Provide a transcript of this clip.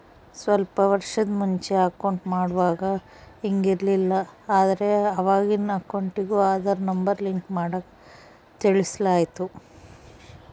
ಸ್ವಲ್ಪ ವರ್ಷುದ್ ಮುಂಚೆ ಅಕೌಂಟ್ ಮಾಡುವಾಗ ಹಿಂಗ್ ಇರ್ಲಿಲ್ಲ, ಆದ್ರ ಅವಾಗಿನ್ ಅಕೌಂಟಿಗೂ ಆದಾರ್ ನಂಬರ್ ಲಿಂಕ್ ಮಾಡಾಕ ತಿಳಿಸಲಾಯ್ತು